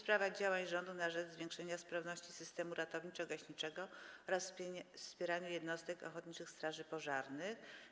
Pytanie dotyczy działań rządu na rzecz zwiększenia sprawności systemu ratowniczo-gaśniczego oraz wspierania jednostek ochotniczych straży pożarnych.